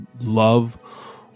love